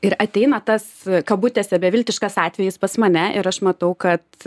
ir ateina tas kabutėse beviltiškas atvejis pas mane ir aš matau kad